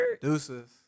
deuces